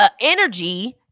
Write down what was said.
energy